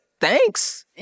thanks